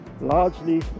largely